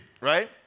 right